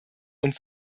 und